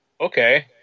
okay